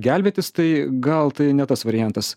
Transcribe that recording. gelbėtis tai gal tai ne tas variantas